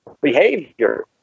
behavior